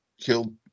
killed